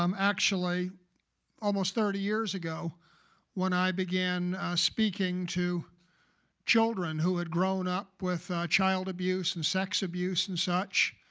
um actually almost thirty years ago when i began speaking to children who had grown up with child abuse and sex abuse and such.